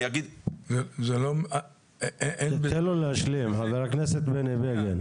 זה לא --- תן לו להשלים, חבר הכנסת בני בגין.